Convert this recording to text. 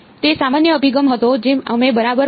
તે સામાન્ય અભિગમ હતો જે અમે બરાબર કર્યું